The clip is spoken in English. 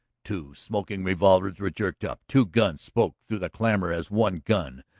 two smoking revolvers were jerked up, two guns spoke through the clamor as one gun.